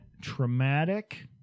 traumatic